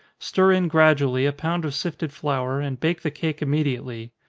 stir in gradually a pound of sifted flour, and bake the cake immediately.